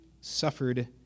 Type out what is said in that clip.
suffered